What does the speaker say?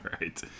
right